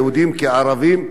יהודים כערבים,